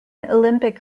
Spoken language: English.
olympic